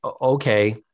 okay